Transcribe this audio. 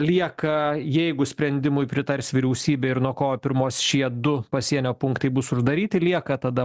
lieka jeigu sprendimui pritars vyriausybė ir nuo kovo pirmos šie du pasienio punktai bus uždaryti lieka tata